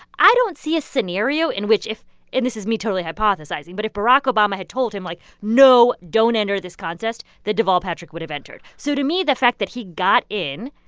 i don't see a scenario in which if and this is me totally hypothesizing but if barack obama had told him, like, no, don't enter this contest, that deval patrick would have entered. so to me, the fact that he got in,